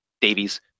Davies